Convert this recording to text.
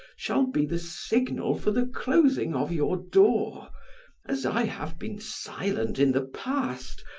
shall be the signal for the closing of your door as i have been silent in the past,